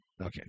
Okay